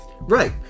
Right